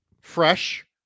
Fresh